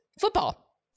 football